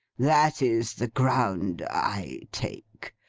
that is the ground i take.